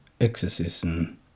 exorcism